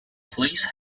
please